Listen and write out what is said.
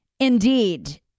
Indeed